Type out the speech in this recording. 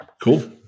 Cool